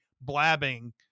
blabbing